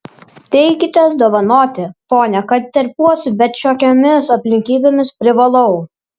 teikitės dovanoti pone kad terpiuosi bet šiokiomis aplinkybėmis privalau